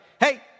hey